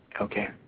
Okay